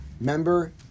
member